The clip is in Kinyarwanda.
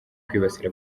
kwibasira